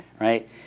Right